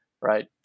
right